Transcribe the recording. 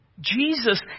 Jesus